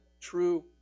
true